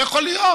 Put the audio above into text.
לא יכול להיות.